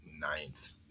ninth